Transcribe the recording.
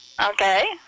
Okay